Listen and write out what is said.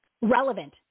relevant